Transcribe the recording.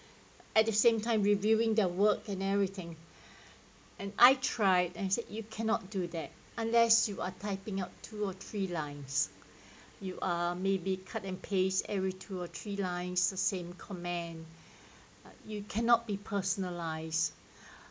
at the same time reviewing their work and everything and I tried and I said you cannot do that unless you are typing out two or three lines you are maybe cut and paste every two or three lines the same comment you cannot be personalised